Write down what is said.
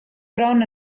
bron